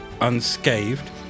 unscathed